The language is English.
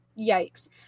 yikes